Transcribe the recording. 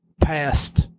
past